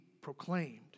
proclaimed